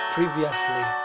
Previously